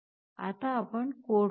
आता आपण कोड पाहू